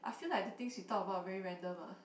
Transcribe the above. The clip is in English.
I feel like the things we talk about are very random ah